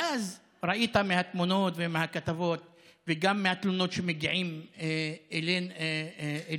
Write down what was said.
ואז ראית מהתמונות ומהכתבות וגם מהתלונות שמגיעות אלינו